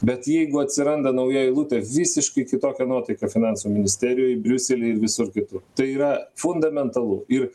bet jeigu atsiranda nauja eilutė visiškai kitokia nuotaika finansų ministerijoj briusely ir visur kitur tai yra fundamentalu ir